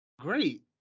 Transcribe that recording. great